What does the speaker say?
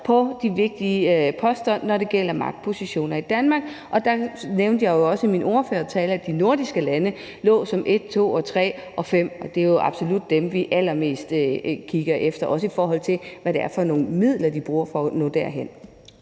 på de vigtige poster, når det gælder magtpositioner i Danmark. Der nævnte jeg jo også i min ordførertale, at de nordiske lande lå som nummer et, to, tre og fem, og det er jo absolut dem, vi allermest kigger efter, også i forhold til hvad det er for nogle midler, de bruger for at nå derhen.